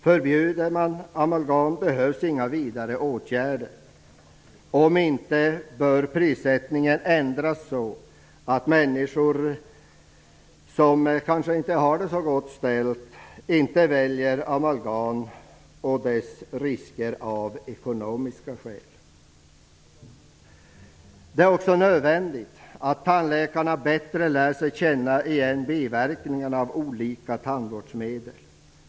Om ett förbud inte kommer till stånd bör prissättningen ändras, så att människor som kanske inte har det så gott ställt inte väljer amalgam och dess risker av ekonomiska skäl. Det är också nödvändigt att tandläkarna bättre lär sig känna igen biverkningarna av olika tandvårdsmedel.